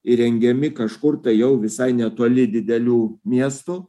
įrengiami kažkur tai jau visai netoli didelių miestų